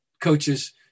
coaches